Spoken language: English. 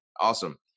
awesome